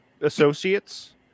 associates